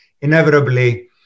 inevitably